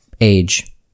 Age